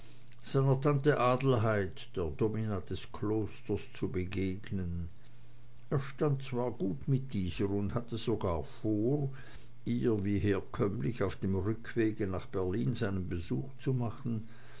adelheid der domina des klosters zu begegnen er stand zwar gut mit dieser und hatte sogar vor ihr wie herkömmlich auf dem rückwege nach berlin seinen besuch zu machen